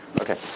Okay